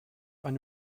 eine